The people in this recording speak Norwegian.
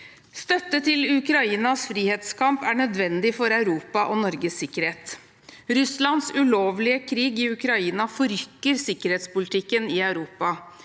Støtte til Ukrainas frihetskamp er nødvendig for Europas og Norges sikkerhet. Russlands ulovlige krig i Ukraina forrykker sikkerhetspolitikken i Europa.